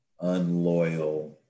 unloyal